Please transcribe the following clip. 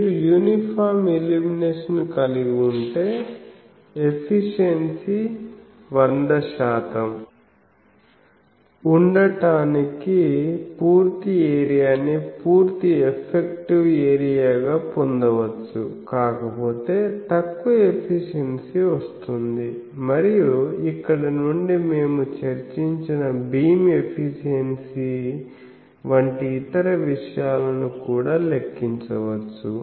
మీరు uniform illumination కలిగి ఉంటే ఎఫిషియన్సీ100 శాతం ఉండటానికి పూర్తి ఏరియాని పూర్తి ఎఫెక్టివ్ ఏరియా గా పొందవచ్చు కాకపోతే తక్కువ ఎఫిషియన్సీ వస్తుంది మరియు ఇక్కడ నుండి మేము చర్చించిన బీమ్ ఎఫిషియన్సీ వంటి ఇతర విషయాలను కూడా లెక్కించవచ్చు